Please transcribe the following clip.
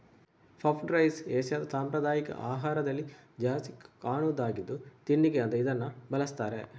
puffed rice ಏಷ್ಯಾದ ಸಾಂಪ್ರದಾಯಿಕ ಆಹಾರದಲ್ಲಿ ಜಾಸ್ತಿ ಕಾಣುದಾಗಿದ್ದು ತಿಂಡಿಗೆ ಅಂತ ಇದನ್ನ ಬಳಸ್ತಾರೆ